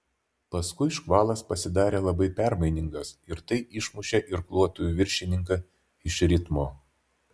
paskui škvalas pasidarė labai permainingas ir tai išmušė irkluotojų viršininką iš ritmo